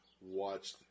watch